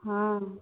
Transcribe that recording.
हाँ